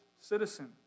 citizen